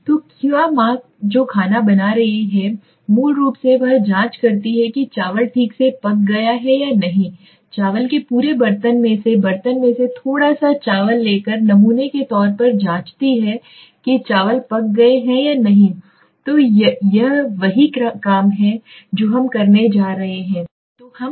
तो क्या माँ जो खाना बना रही है मूल रूप से वह जांच करती है कि चावल ठीक से पक गया है या नहीं चावल के पूरे बर्तन में से बर्तन में से थोड़ा सा चावल लेकर नमूने के तौर पर जानती है कि चावल पक गए हैं या नहीं तो यह वही काम है जो हम करने जा रहे हैं तो हम देखते हैं कि वास्तव में नमूना और इसकी प्रक्रिया क्या है